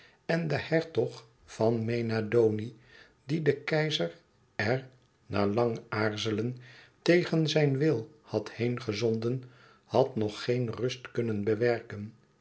en de hertog van mena doni die de keizer er na lang aarzelen tegen zijn wil had heengezonden had nog geen rust kunnen bewerken